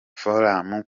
forum